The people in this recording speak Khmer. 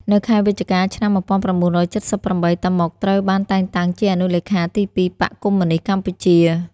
នៅខែវិច្ឆិកា ឆ្នាំ១៩៧៨ តាម៉ុក ត្រូវ បានតែងតាំងជាអនុលេខាទីពីរបក្សកុម្មុយនីស្ត កម្ពុជា ។